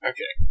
Okay